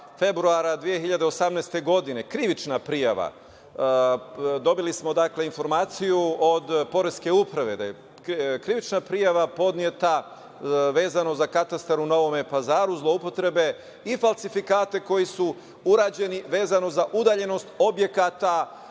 februara 2018. godine, krivična prijava. Dobili smo informaciju od Poreske uprave da je krivična prijava podneta vezano za Katastar u Novom Pazaru, zloupotrebe i falsifikati koji su urađeni vezano za udaljenost objekata,